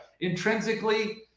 intrinsically